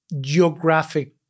geographic